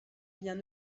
bien